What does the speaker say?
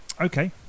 Okay